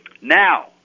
Now